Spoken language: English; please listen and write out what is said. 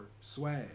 swag